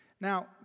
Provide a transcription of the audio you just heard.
Now